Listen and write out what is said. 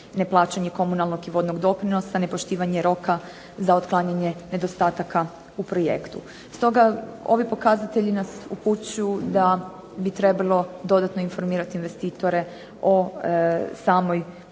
neplaćanje komunalnog i vodnog doprinosa, nepoštivanje roka za otklanjanje nedostataka u projektu. Stoga ovi pokazatelji nas upućuju da bi trebalo dodatno informirati investitore o samoj